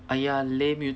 !aiya! lame